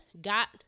got